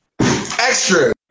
Extra